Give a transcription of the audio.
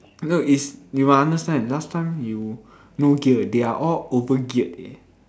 no it's you must understand last time you no gear eh they are all over geared eh